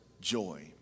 joy